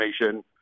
information